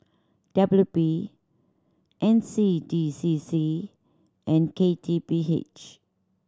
W P N C D C C and K T P H